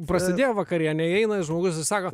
prasidėjo vakarienė įeina žmogus ir sako